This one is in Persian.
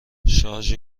شارژ